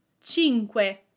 Cinque